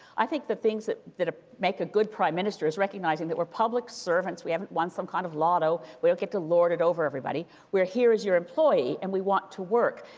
i think the things that that ah make a good prime minister is recognizing that we're public servants. we haven't won some kind of lotto. we don't get to lord it over everybody. we're here as your employee, and we want to work.